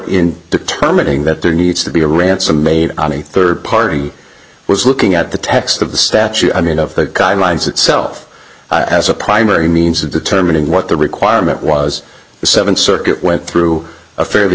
in determining that there needs to be a ransom made on a third party was looking at the text of the statute i mean of the guidelines itself as a primary means of determining what the requirement was the seventh circuit went through a fairly